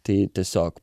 tai tiesiog